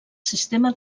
sistema